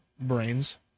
brains